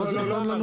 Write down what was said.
לא, לא אמרתי.